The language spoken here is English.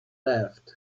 laughed